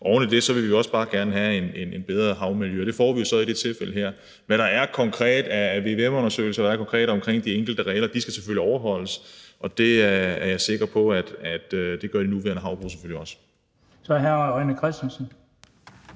Oven i det vil vi også bare gerne have et bedre havmiljø, og det får vi jo så i det her tilfælde. Med hensyn til vvm-undersøgelser og de enkelte regler, så skal de selvfølgelig overholdes, og det er jeg sikker på at de nuværende havbrug selvfølgelig også gør. Kl. 17:17 Den